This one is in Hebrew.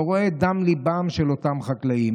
אתה רואה את דם ליבם של אותם חקלאים,